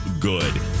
good